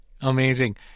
Amazing